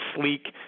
sleek